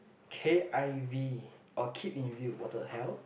k_i_v orh keep in view what the hell